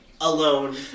alone